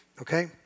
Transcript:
okay